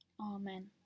Amen